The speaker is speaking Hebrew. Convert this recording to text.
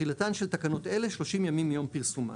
תחילתן של תקנות אלה 30 ימים מיום פרסומן.